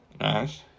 Nice